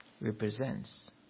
represents